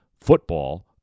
football